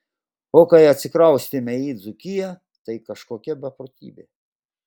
o kai atsikraustėme į dzūkiją tai kažkokia beprotybė